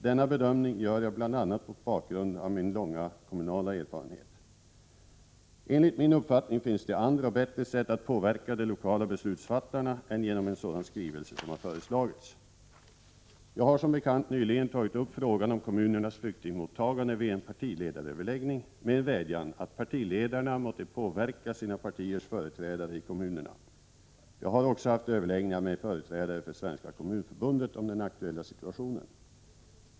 Denna bedömning gör jag bl.a. mot bakgrund av min långa kommunala erfarenhet. Enligt min uppfattning finns det andra och bättre sätt att påverka de lokala beslutsfattarna än genom en sådan skrivelse som föreslagits. Jag har som bekant nyligen tagit upp frågan om kommunernas flyktingmottagande vid en partiledaröverläggning med en vädjan att partiledarna måtte påverka sina partiers företrädare i kommunerna. Jag har också haft överläggningar med företrädare för Svenska kommunförbundet om den aktuella situationen.